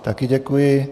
Taky děkuji.